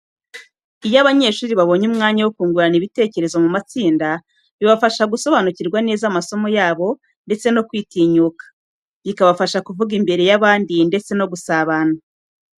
Iyo abanyeshuri babonye umwanya wo kungurana ibitekerezo mu matsinda, bibafasha gusobanukirwa neza amasomo yabo ndetse no kwitinyuka, bikabafasha kuvuga imbere y’abandi ndetse no gusabana.